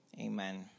Amen